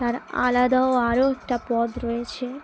তার আলাদাও আরও একটা পথ রয়েছে